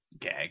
gag